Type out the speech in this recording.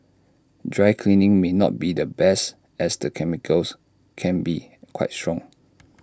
dry cleaning may not be the best as the chemicals can be quite strong